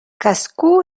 cascú